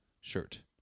shirt